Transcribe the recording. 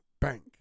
bank